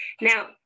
now